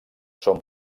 són